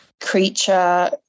creature